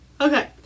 Okay